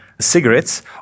cigarettes